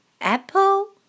Apple